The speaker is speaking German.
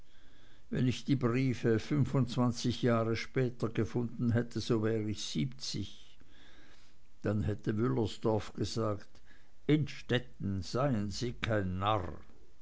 wenn ich die briefe fünfundzwanzig jahre später gefunden hätte so wär ich siebzig dann hätte wüllersdorf gesagt innstetten seien sie kein narr